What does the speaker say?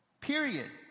Period